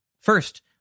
First